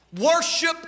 Worship